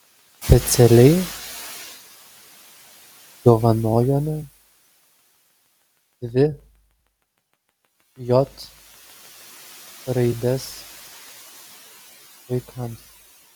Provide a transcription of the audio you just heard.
specialiai dovanojome dvi j raides vaikams